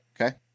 Okay